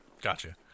Gotcha